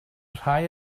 rhai